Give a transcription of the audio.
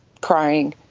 crying.